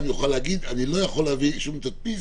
יוכל להגיד שהוא לא יכול להביא שום תדפיס,